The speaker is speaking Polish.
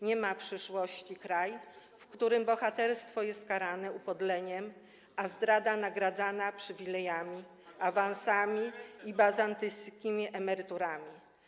Nie ma przyszłości kraj, w którym bohaterstwo jest karane upodleniem, a zdrada nagradzana przywilejami, awansami i bizantyjskimi emeryturami.